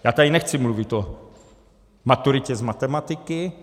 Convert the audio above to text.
Já tady nechci mluvit o maturitě z matematiky.